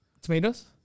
Tomatoes